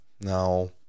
Now